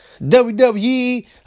WWE